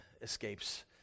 escapes